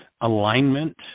alignment